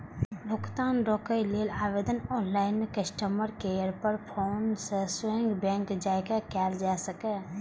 भुगतान रोकै लेल आवेदन ऑनलाइन, कस्टमर केयर पर फोन सं स्वयं बैंक जाके कैल जा सकैए